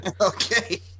Okay